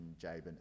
Jabin